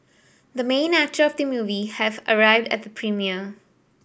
the main actor of the movie have arrived at the premiere